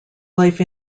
life